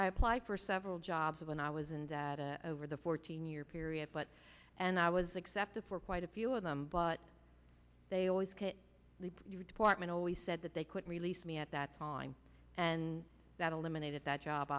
applied for several jobs of and i was in data over the fourteen year period but and i was accepted for quite a few of them but they always the department always said that they could release me at that time and that eliminated that job